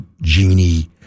Genie